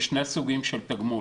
יש שני סוגים של תגמול,